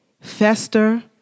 fester